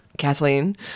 Kathleen